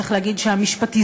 צריך להגיד שהמשפטיזציה,